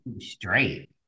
straight